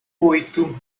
oito